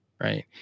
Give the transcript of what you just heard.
Right